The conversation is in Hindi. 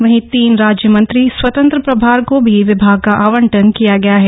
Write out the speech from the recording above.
वहीं तीन राज्य मंत्री स्वतंत्र प्रभार को भी विभाग का आवंटन किया गया है